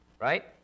right